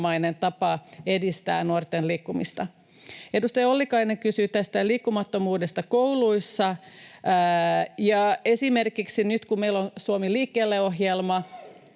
tapa edistää nuorten liikkumista. Edustaja Ollikainen kysyi liikkumattomuudesta kouluissa. Esimerkiksi nyt kun meillä on Suomi liikkeelle ‑ohjelma,